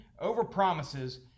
over-promises